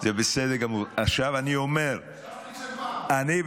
יש לך הרבה זכויות.